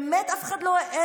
באמת, אף אחד לא העז,